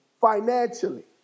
financially